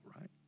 right